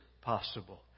possible